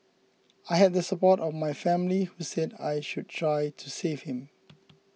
I had the support of my family who said I should try to save him